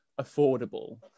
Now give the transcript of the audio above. affordable